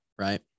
Right